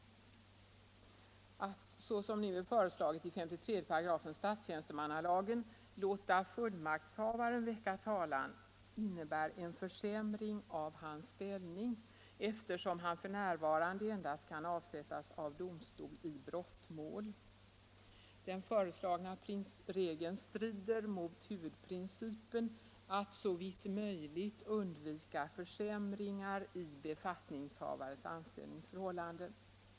Att såsom nu är föreslaget i 53 § statstjänstemannalagen låta fullmaktshavaren väcka talan innebär en försämring av hans ställning, eftersom han f. n. endast kan avsättas av domstol i brottmål. Den föreslagna regeln strider mot huvudprincipen att såvitt möjligt undvika försämringar i befattningshavarens anställningsförhållanden.